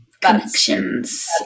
Connections